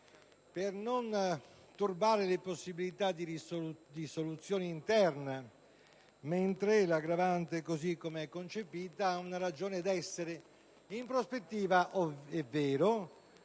a non turbare le possibilità di soluzione interna, mentre l'aggravante, così com'è concepita, ha una ragion d'essere in prospettiva - è vero